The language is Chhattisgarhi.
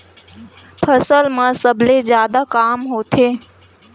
फसल मा सबले जादा कामा होथे?